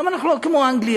למה אנחנו לא כמו אנגליה?